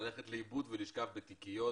ללכת לאיבוד ולשכב בתיקיות